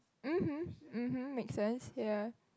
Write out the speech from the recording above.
mmhmm mmhmm make sense ya